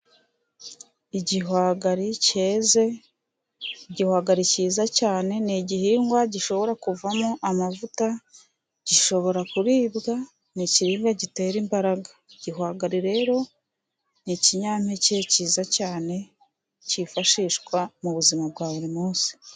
Igihwagari cyeze, igihwagari cyiza cyane, ni igihingwa gishobora kuvamo amavuta, gishobora kuribwa, ni ikiribwa gitera imbaraga. Igihwagare rero ni ikinyampeke cyiza cyane, cyifashishwa mu buzima bwa buri munsi.